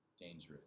dangerous